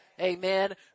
Amen